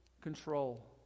control